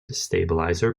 stabilizer